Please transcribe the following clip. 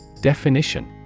Definition